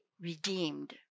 redeemed